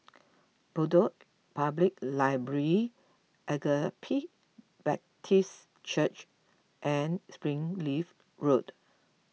Bedok Public Library Agape Baptist Church and Springleaf Road